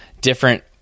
different